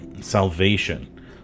salvation